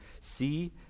See